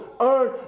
earn